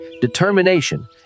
determination